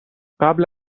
قبل